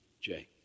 Jay